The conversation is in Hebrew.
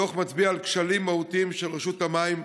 הדוח מצביע על כשלים מהותיים של רשות המים,